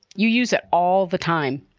you use it all the time.